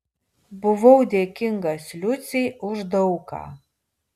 buvau dėkingas liucei už daug ką